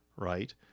right